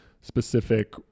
specific